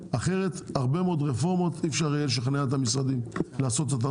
אחרת הרבה מאוד רפורמות אי אפשר יהיה לשכנע את המשרדים לעשות אותם,